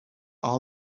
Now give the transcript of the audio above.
all